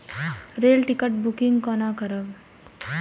Rail ticket booking कोना करब?